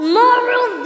moral